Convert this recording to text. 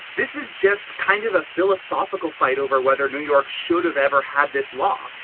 this is just kind of a philosophical fight over whether new york should have ever had this law.